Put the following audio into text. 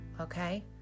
okay